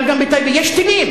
אבל גם בטייבה יש טילים.